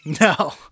No